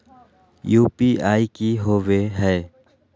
UPI की होवे हय?